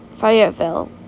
Fayetteville